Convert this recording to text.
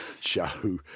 Show